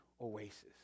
oasis